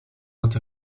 dat